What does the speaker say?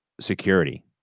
security